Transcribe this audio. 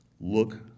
look